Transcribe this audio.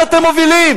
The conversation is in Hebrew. לאן אתם מובילים?